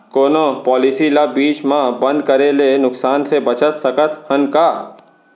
कोनो पॉलिसी ला बीच मा बंद करे ले नुकसान से बचत सकत हन का?